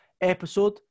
episode